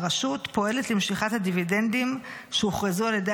הרשות פועלת למשיכת הדיבידנדים שהוכרזו על ידי